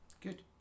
Good